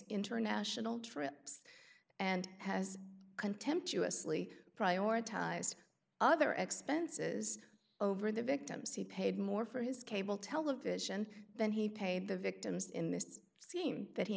international trips and has contemptuous lee prioritised other expenses over the victims he paid more for his cable television than he paid the victims in this scheme that he